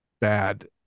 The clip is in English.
bad